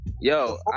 Yo